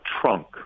trunk